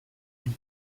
une